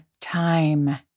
time